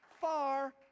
far